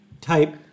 type